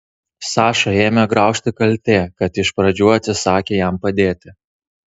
sašą ėmė graužti kaltė kad iš pradžių atsisakė jam padėti